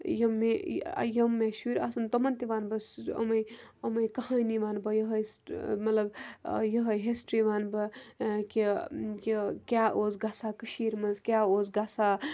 یِم مےٚ یہِ یِم مےٚ شُرۍ آسَن تِمَن تہِ وَنہٕ بہٕ إمَے إمَے کہانی وَنہٕ بہٕ یِہٕے سہٕ مطلب یِہٕے ہِسٹِرٛی وَنہٕ بہٕ کہِ یہِ کیٛاہ اوس گژھان کٔشیٖرِ منٛز کیٛاہ اوس گژھان